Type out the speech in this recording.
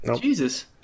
Jesus